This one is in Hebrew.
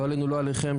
לא עלינו ולא עליכם,